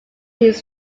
his